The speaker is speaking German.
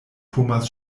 thomas